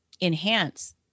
enhance